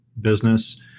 business